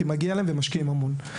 כי מגיע להם והם משקיעים המון.